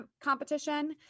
competition